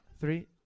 Three